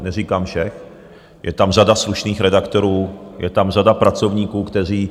Neříkám všech, je tam řada slušných redaktorů, je tam řada pracovníků, kteří...